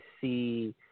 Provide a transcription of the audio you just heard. see